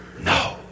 No